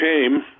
came